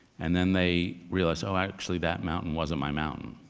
and then they realize, oh actually, that mountain wasn't my mountain.